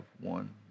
one